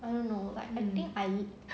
I don't know like I think I will